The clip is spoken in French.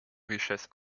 richesse